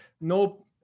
no